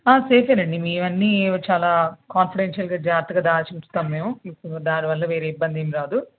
చేశానండి మీవన్ని చాలా కాన్ఫిడెన్షియల్గా జాగ్రత్తగా దాచి ఉంచుతాము మేము మీకు దాని వల్ల వేరే ఇబ్బంది ఏమి రాదు